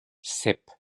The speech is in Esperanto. sep